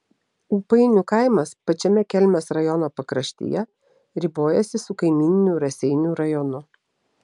ūpainių kaimas pačiame kelmės rajono pakraštyje ribojasi su kaimyniniu raseinių rajonu